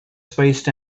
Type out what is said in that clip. spaced